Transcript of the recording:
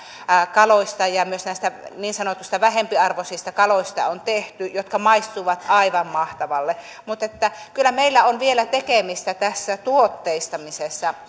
kaloista myös näistä niin sanotuista vähempiarvoisista kaloista on tehty jotka maistuvat aivan mahtavalle mutta kyllä meillä on vielä tekemistä tässä tuotteistamisessa